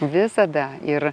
visada ir